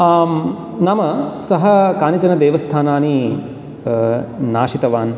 नाम सः कानिचन देवस्थानानि नाशितवान्